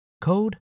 code